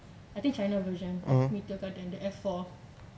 I think china version of meteor garden that are four